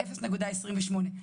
0.28,